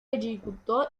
ejecutó